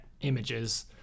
images